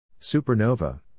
Supernova